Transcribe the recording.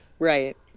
Right